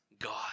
God